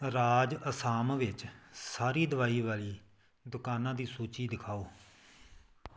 ਰਾਜ ਅਸਾਮ ਵਿੱਚ ਸਾਰੀ ਦਵਾਈ ਵਾਲੀ ਦੁਕਾਨਾਂ ਦੀ ਸੂਚੀ ਦਿਖਾਓ